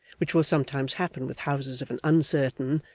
which will sometimes happen with houses of an uncertain,